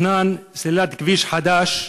חמישה שבועות, שמתוכננת סלילת כביש חדש,